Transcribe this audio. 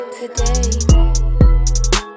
today